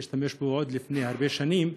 להשתמש בו עוד לפני הרבה שנים,